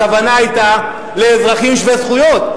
הכוונה היתה לאזרחים שווי זכויות.